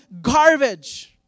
garbage